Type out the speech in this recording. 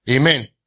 Amen